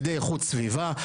על-ידי איכות סביבה,